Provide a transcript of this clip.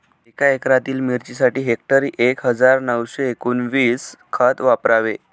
एका एकरातील मिरचीसाठी हेक्टरी एक हजार नऊशे एकोणवीस खत वापरावे